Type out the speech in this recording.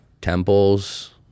temples